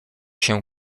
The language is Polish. się